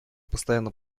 постоянно